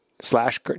slash